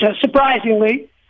Surprisingly